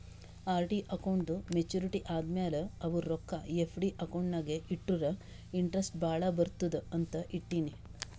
RD ಅಕೌಂಟ್ದೂ maturity ಆದಮ್ಯಾಲ ಅವು ರೊಕ್ಕಾ ಎಫ್.ಡಿ ಅಕೌಂಟ್ ನಾಗ್ ಇಟ್ಟುರ ಇಂಟ್ರೆಸ್ಟ್ ಭಾಳ ಬರ್ತುದ ಅಂತ್ ಇಟ್ಟೀನಿ